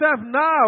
now